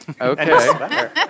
Okay